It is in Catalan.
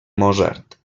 mozart